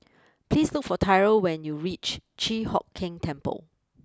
please look for Tyrell when you reach Chi Hock Keng Temple